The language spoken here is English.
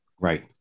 right